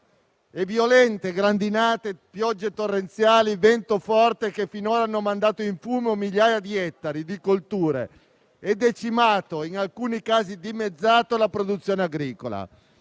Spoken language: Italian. e violente grandinate, piogge torrenziali e vento forte che finora hanno mandato in fumo migliaia di ettari di colture e decimato - in alcuni casi dimezzato - la produzione agricola.